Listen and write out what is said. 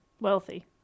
wealthy